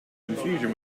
confusion